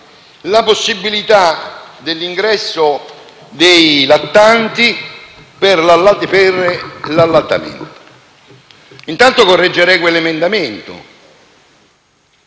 la possibilità dell'ingresso dei lattanti per l'allattamento. Intanto, correggerei quell'emendamento